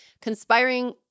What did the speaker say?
conspiring